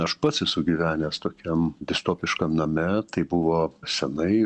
aš pats esu gyvenęs tokiam distopiškam name tai buvo senai